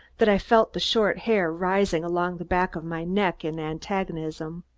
that i felt the short hair rising along the back of my neck in antagonism.